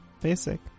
Basic